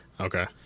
Okay